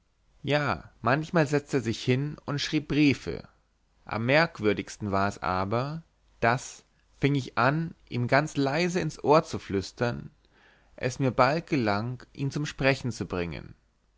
ja manchmal setzte er sich hin und schrieb briefe am merkwürdigsten war es aber daß fing ich an ihm ganz leise ins ohr zu flüstern es mir bald gelang ihn zum sprechen zu bringen